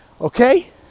okay